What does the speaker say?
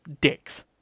dicks